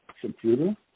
Computer